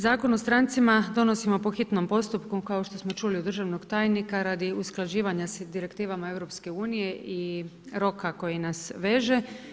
Zakon o strancima donosimo po hitnom postupku, kao što smo čuli od državnog tajnika radi usklađivanja sa direktivama EU i roka koji nas veže.